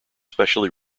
specially